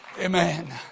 Amen